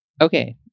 Okay